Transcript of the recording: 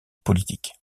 politique